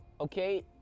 Okay